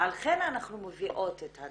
ועל כן אנחנו מביאות את הדאגות.